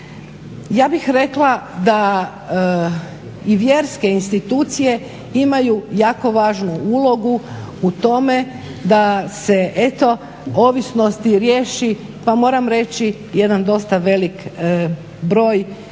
Ja bih rekla da i vjerske institucije imaju jako važnu ulogu u tome da se eto ovisnosti riješi, pa moram reći jedan dosta velik broj